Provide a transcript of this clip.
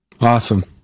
Awesome